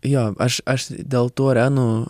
jo aš aš dėl tų arenų